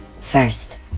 First